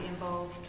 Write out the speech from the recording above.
involved